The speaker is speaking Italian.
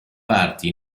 parti